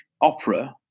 opera